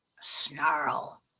Snarl